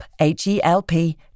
H-E-L-P